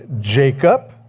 Jacob